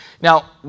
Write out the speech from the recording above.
Now